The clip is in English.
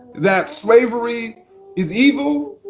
that slavery is evil.